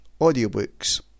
audiobooks